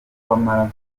kw’amaraso